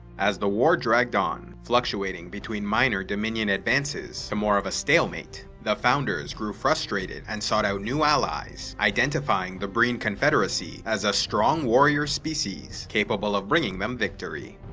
as the war dragged on, fluctuating from minor dominion advances to more of a stalemate, the founders grew frustrated and sought out new allies, identifying the breen confederacy, as a strong warrior species, capable of bringing them victory.